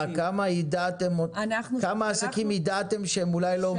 כמה עסקים ידעתם שאולי הם לא עומדים ב